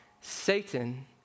Satan